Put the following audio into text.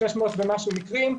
600 ומשהו מקרים,